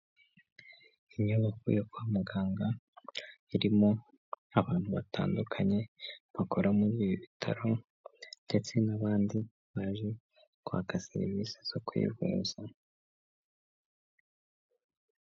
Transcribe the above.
Inyubako yo kwa muganga irimo abantu batandukanye, bakora muri ibi bitaro, ndetse n'abandi baje kwaka serivisi zo kwivuza.